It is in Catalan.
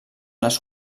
les